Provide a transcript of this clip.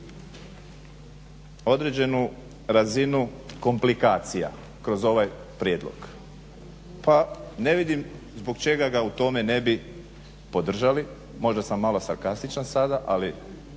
određenu razinu komplikacija kroz ovaj prijedlog, pa ne vidim zbog čega ga u tome ne bi podržali, možda sam malo sarkastičan sada ali